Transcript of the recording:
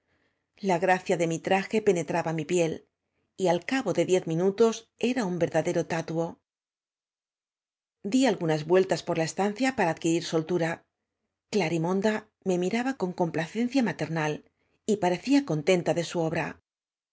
la gracia de mi traje penetraba mi piel y ai cabo de diez minutos era nn verdadero tatuó di algunas vueltas por la estancia para adqui rir soltura glarimonda me miraba con compla cencia maternal y parecía contenta de su obra